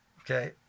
Okay